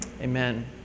Amen